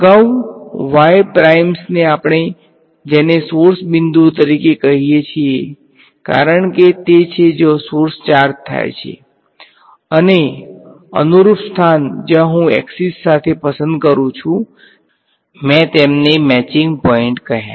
અગાઉ y પ્રાઇમ્સને આપણે જેને સોર્સ બિંદુઓ તરીકે કહીએ છીએ કારણ કે તે તે છે જ્યાં સોર્સ ચાર્જ થાય છે અને અનુરૂપ સ્થાન જ્યાં હું અક્ષીસ સાથે પસંદ કરું છું મેં તેમને મેચિંગ પોઇન્ટ કહ્યા